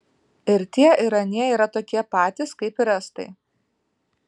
ir tie ir anie yra tokie patys kaip ir estai